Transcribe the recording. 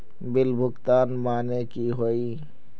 Bill भुगतान माने की होय?